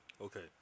okay